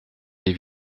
les